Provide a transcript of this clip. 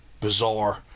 bizarre